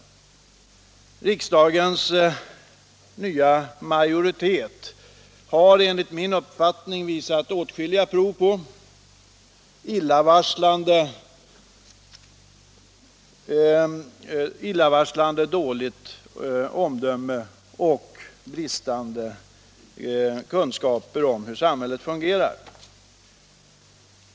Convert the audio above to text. Riksdagens nya majoritet har enligt min uppfattning visat åtskilliga prov på illavarslande dåligt omdöme och bristande kunskaper om hur samhället fungerar.